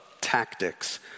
tactics